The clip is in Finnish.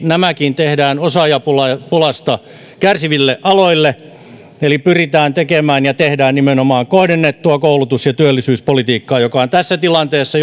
nämäkin tehdään erityisesti osaajapulasta kärsiville aloille eli pyritään tekemään ja tehdään nimenomaan kohdennettua koulutus ja työllisyyspolitiikkaa joka on tässä tilanteessa